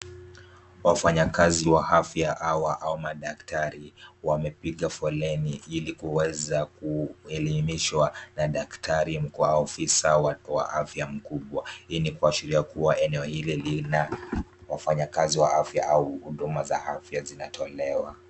Wafanyakazi wa afya au madaktari wamepiga foleni ili kuweza kuelimishwa na daktari au afisa wa afya mkubwa. Hii ni kuashiria kuwa eneo hili lina wafanyakazi wa afya au huduma za afya zinatolewa.